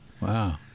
Wow